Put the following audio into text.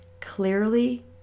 clearly